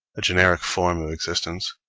a generic form of existence.